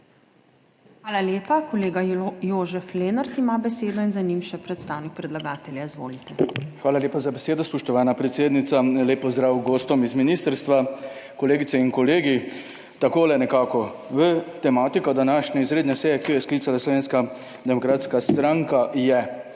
Hvala lepa. Kolega Jožef Lenart ima besedo in za njim še predstavnik predlagatelja. Izvolite. **JOŽEF LENART (PS SDS):** Hvala lepa za besedo, spoštovana predsednica. Lep pozdrav gostom iz ministrstva, kolegice in kolegi! Takole nekako, v tematiko današnje izredne seje, ki jo je sklicala Slovenska demokratska stranka je